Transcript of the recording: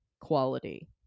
quality